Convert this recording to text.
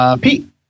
Pete